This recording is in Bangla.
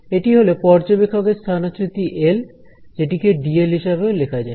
এটি হলো পর্যবেক্ষকের স্থানচ্যুতি এল যেটিকে ডিএল হিসেবেও লেখা যায়